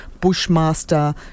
Bushmaster